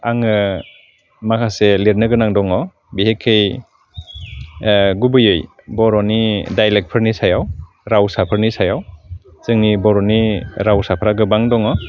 आङो माखासे लिदनो गोनां दङ बिहेखै गुबैयै बर'नि दाइलेक्टफोरनि सायाव रावसाफोरनि सायाव जोंनि बर'नि रावसाफ्रा गोबां दङ